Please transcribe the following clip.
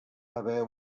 haver